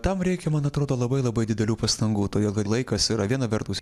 tam reikia man atrodo labai labai didelių pastangų todėl kad laikas yra viena vertus